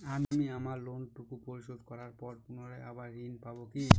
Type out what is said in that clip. আমি আমার লোন টুকু পরিশোধ করবার পর পুনরায় আবার ঋণ পাবো কি?